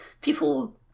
people